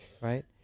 right